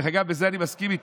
דרך אגב, בזה אני מסכים איתו.